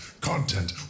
content